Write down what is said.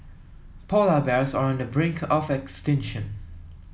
polar bears are on the brink of extinction